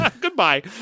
Goodbye